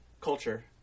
culture